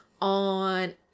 on